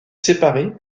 séparé